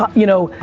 you know,